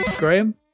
Graham